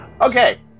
Okay